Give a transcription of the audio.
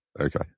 Okay